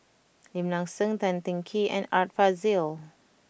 Lim Nang Seng Tan Teng Kee and Art Fazil